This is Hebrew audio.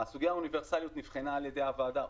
סוגיית האוניברסליות נבחנה על ידי הוועדה.